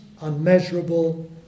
unmeasurable